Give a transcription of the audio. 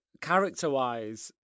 Character-wise